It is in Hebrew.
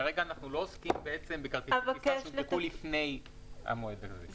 כרגע אנחנו לא עוסקים בעצם בכרטיסי טיסה שהונפקו לפני המועד הזה.